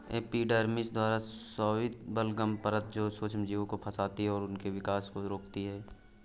epidermis द्वारा स्रावित बलगम परत जो सूक्ष्मजीवों को फंसाती है और उनके विकास को रोकती है